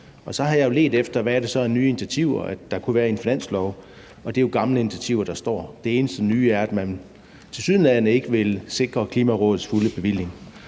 Og så har jeg jo ledt efter, hvad det så er af nye initiativer, der kunne være i en finanslov, men det er jo gamle initiativer, der står i forslaget. Det eneste nye er, at man tilsyneladende ikke vil sikre Klimarådets fulde bevilling.